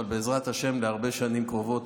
אבל בעזרת השם להרבה שנים קרובות,